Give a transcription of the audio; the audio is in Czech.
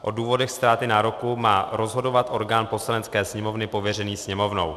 O důvodech ztráty nároku má rozhodovat orgán Poslanecké sněmovny pověřený Sněmovnou.